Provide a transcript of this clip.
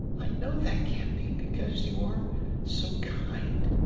i know that can't be, because you are so kind.